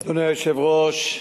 אדוני היושב-ראש,